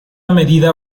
medida